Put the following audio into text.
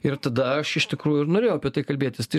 ir tada aš iš tikrųjų ir norėjau apie tai kalbėtis tai